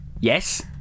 Yes